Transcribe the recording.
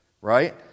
right